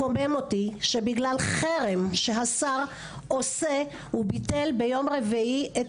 מקומם אותי שבגלל חרם שהשר עושה הוא ביטל ביום רביעי את